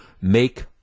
make